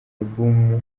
album